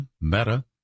Meta